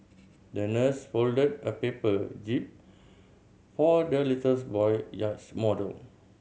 the nurse folded a paper jib for the little boy yachts model